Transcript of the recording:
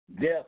Death